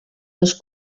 les